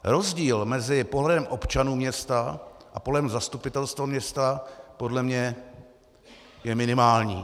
Rozdíl mezi pohledem občanů města a pohledem zastupitelů města podle mě je minimální.